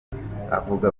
avuga